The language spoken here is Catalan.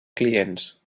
clients